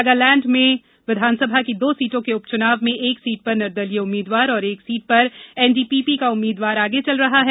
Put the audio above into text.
नगालैंड में विधानसभा की दो सीटों के उपचुनाव में एक सीट पर निर्दलीय उम्मीदवार और एक सीट पर एनडीपीपी का उम्मीदवार आगे चल रहा है